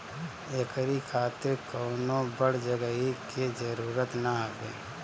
एकरी खातिर कवनो बड़ जगही के जरुरत ना हवे